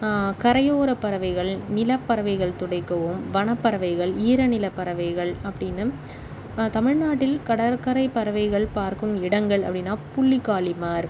கரையோரப் பறவைகள் நிலப்பறவைகள் துடைக்கவும் வனப்பறவைகள் ஈர நிலப்பறவைகள் அப்படின்னு தமிழ்நாட்டில் கடற்கரை பறவைகள் பார்க்கும் இடங்கள் அப்படின்னா புள்ளிகாளிமார்க்